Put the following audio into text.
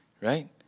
right